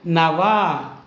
नव